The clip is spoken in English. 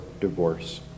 divorce